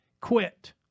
quit